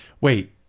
wait